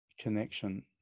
connection